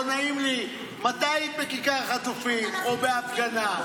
לא נעים לי: מתי היית בכיכר החטופים או בהפגנה?